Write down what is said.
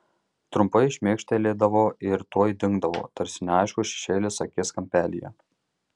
trumpai šmėkštelėdavo ir tuoj dingdavo tarsi neaiškus šešėlis akies kampelyje